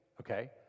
okay